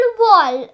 wall